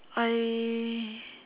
I